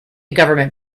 government